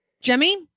Jemmy